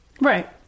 Right